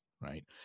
right